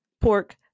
pork